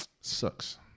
sucks